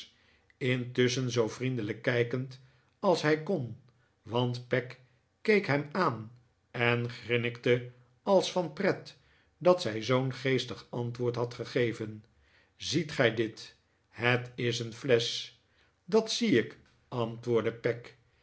intusschen zoo vriendelijk kijkend als hij kon want peg keek hem aan en grinnikte als van pret dat zij zoo'n geestig antwoord had gegeven ziet gij dit het is een flesch dat zie ik antwoordde peg